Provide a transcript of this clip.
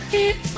Keep